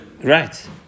Right